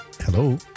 Hello